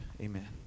amen